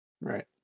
Right